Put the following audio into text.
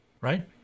Right